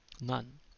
none